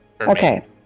Okay